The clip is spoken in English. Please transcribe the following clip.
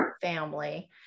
family